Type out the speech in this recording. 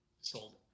sold